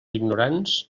ignorants